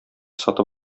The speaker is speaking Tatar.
сатып